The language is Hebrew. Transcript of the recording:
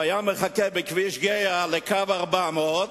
והוא היה מחכה בכביש גהה לקו 400,